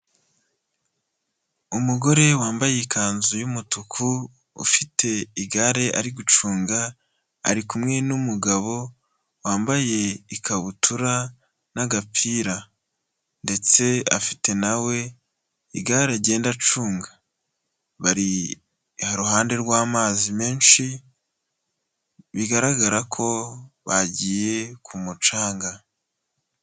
Umugore wambaye ikanzu y'umutuku, ufite igare ari gucunga, ari kumwe n'umugabo wambaye ikabutura n'agapira ndetse afite na we igare agenda acunga, bari iruhande rw'amazi menshi bigaragara ko bagiye ku mucanga.